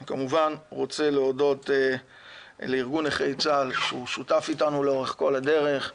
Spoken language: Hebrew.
אני כמובן רוצה להודות לארגון נכי צה"ל ששותף איתנו לאורך כל הדרך,